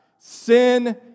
Sin